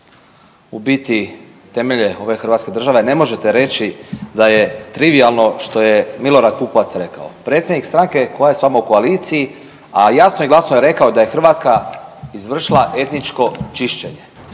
u biti temelje ove Hrvatske države. Ne možete reći da je trivijalno što je Milorad Pupovac rekao, predsjednik stranke koja je s vama u koaliciji, a jasno i glasno je rekao da je Hrvatska izvršila etničko čišćenje.